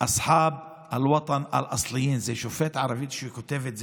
(מתרגם את דבריו לערבית.) זה שופט ערבי שכותב את זה,